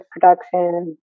production